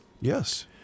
Yes